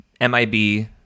mib